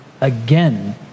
Again